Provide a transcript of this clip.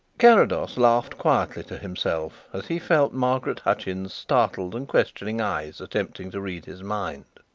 carrados laughed quietly to himself as he felt margaret hutchins's startled and questioning eyes attempting to read his mind.